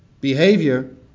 behavior